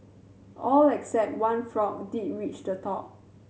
all except one frog who did reach the top